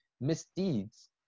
misdeeds